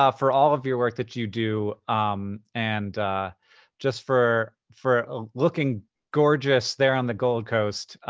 ah for all of your work that you do and just for for ah looking gorgeous there on the gold coast.